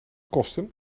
kosten